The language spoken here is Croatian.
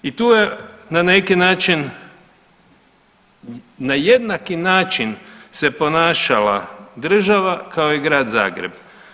I tu je na neki način na jednaki način se ponašala država kao i Grad Zagreb.